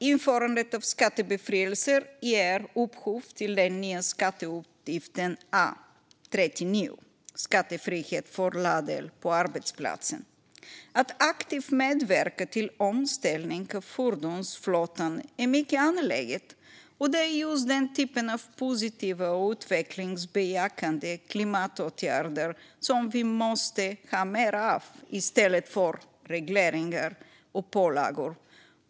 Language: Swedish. Införandet av skattebefrielsen ger upphov till den nya skatteutgiften A39, Skattefrihet för laddel på arbetsplatsen. Att aktivt medverka till omställning av fordonsflottan är mycket angeläget, och det är just den typen av positiva och utvecklingsbejakande klimatåtgärder som vi måste ha mer av i stället för regleringar och pålagor.